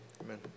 amen